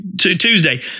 Tuesday